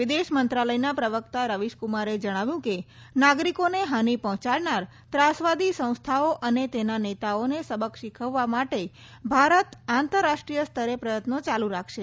વિદેશ મંત્રાલયના પ્રવક્તા રવીશકૂમારે જણાવ્યું કે નાગરિકોને હાની પહોંચાડનાર ત્રાસવાદી સંસ્થાઓ અને તેના નેતાઓને સબક શીખવવા માટે ભારત આંતરરાષ્ટ્રીય સ્તરે પ્રયત્નો ચાલુ રાખશે